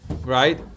right